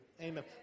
Amen